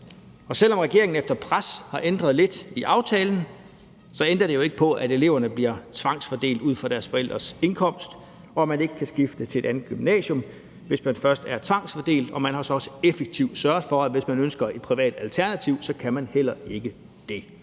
og selv om regeringen efter pres har ændret lidt i aftalen, ændrer det jo ikke på, at eleverne bliver tvangsfordelt ud fra deres forældres indkomst, og at de ikke kan skifte til et andet gymnasium, hvis de først er tvangsfordelt, og man har så også effektivt sørget for, at hvis de ønsker et privat alternativ, kan de heller ikke det.